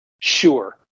sure